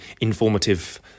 informative